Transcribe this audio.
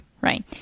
right